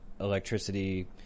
electricity